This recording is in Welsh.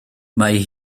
mae